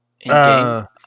In-game